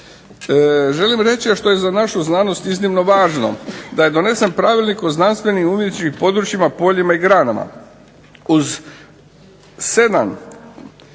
Želim reći, a što je za našu znanost iznimno važno, da je donesen Pravilnik o znanstvenim umjetničkim područjima, poljima i granama. Uz 7